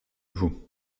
vous